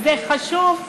זה חשוב,